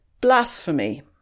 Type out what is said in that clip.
Blasphemy